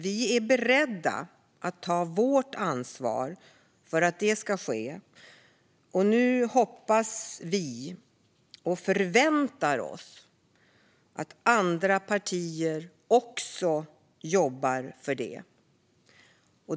Vi är beredda att ta vårt ansvar för att detta ska ske, och nu hoppas och förväntar vi oss att andra partier också jobbar för det.